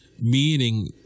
meaning